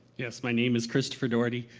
yes, my name is christopher daugherty,